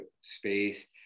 space